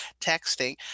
texting